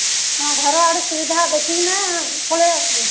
ହଁ ଘର ଆଡ଼େ ସୁବିଧା ଦେଖି କିନା ପଳେଇ ଆସିବୁ